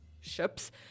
ships